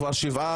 כבר 7,